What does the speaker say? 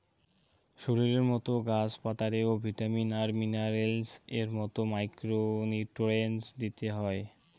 শরীরের মতো গাছ পাতারে ও ভিটামিন আর মিনারেলস এর মতো মাইক্রো নিউট্রিয়েন্টস দিতে হই